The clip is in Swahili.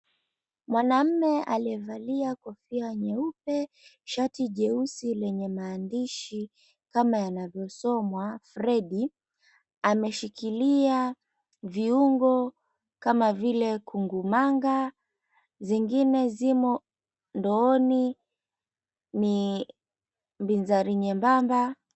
Mwanamume aliyevalia kofia nyeupe, shati jeusi lenye maandishi kama yanavyosomwa, Freddy. Ameshikilia viungo kama vile kungumanga, zingine zimo ndooni ni, mizari nyembamba.